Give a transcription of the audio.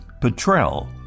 Petrel